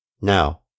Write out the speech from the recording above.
Now